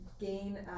gain